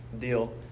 deal